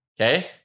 Okay